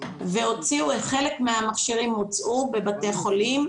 וחלק מהמכשירים הוצאו מבתי חולים,